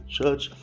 Church